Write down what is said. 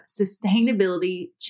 sustainability